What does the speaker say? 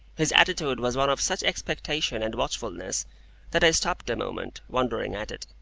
his attitude was one of such expectation and watchfulness that i stopped a moment, wondering at it.